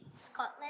Scotland